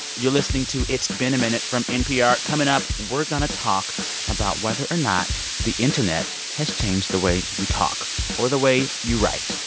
you're listening to it's been a minute from npr. coming up, we're going to talk about whether or not the internet has changed the way you talk or the way you write.